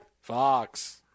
Fox